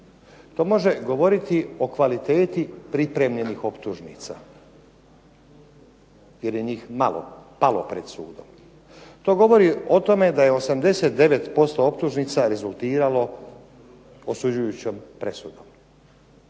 To može govoriti o kvaliteti pripremljenih optužnica jer je njih malo pred sudom. To govori o tome da je 89% optužnica rezultiralo osuđujućom presudom,